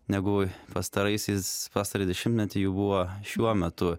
negu pastaraisiais pastarąjį dešimtmetį jų buvo šiuo metu